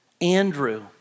Andrew